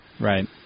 Right